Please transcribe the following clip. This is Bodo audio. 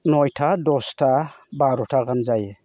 नयथा दसथा बार'था गाहाम जायो